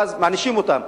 ואז מענישים אותם.